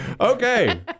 Okay